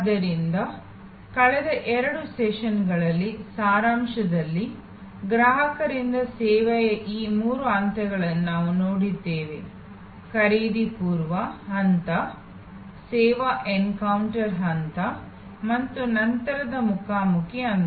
ಆದ್ದರಿಂದ ಕಳೆದ ಎರಡು ಸೆಷನ್ಗಳಲ್ಲಿ ಸಾರಾಂಶದಲ್ಲಿ ಗ್ರಾಹಕರಿಂದ ಸೇವೆಯ ಈ ಮೂರು ಹಂತಗಳನ್ನು ನಾವು ನೋಡಿದ್ದೇವೆ ಖರೀದಿ ಪೂರ್ವ ಹಂತ ಸೇವಾ ಎನ್ಕೌಂಟರ್ ಹಂತ ಮತ್ತು ನಂತರದ ಮುಖಾಮುಖಿ ಹಂತ